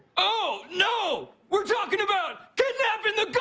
ah you know we're talking about kidnapping the